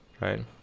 Right